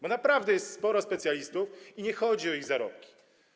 Bo naprawdę jest sporo specjalistów i nie chodzi o ich zarobki.